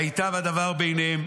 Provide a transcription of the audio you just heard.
וייטב הדבר בעיניהם.